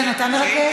אילן, אתה מרכז.